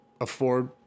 afford